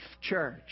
church